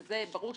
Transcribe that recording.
כשזה ברור,